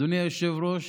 אדוני היושב-ראש,